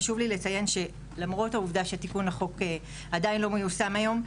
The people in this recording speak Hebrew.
חשוב לי לציין שלמרות העובדה שהתיקון לחוק עדיין לא מיושם היום,